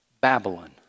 Babylon